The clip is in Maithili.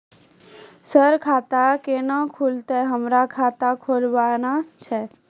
सर खाता केना खुलतै, हमरा खाता खोलवाना छै?